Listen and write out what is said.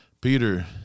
Peter